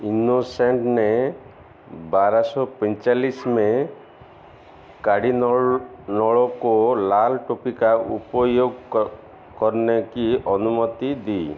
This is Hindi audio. इनोसेंट ने बारह सौ पैंतालीस में कार्डिनोलों को लाल टोपी का उपयोग क करने की अनुमति दी